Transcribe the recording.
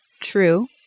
True